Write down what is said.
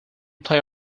play